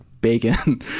bacon